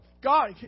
God